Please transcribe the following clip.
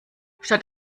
statt